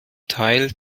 teil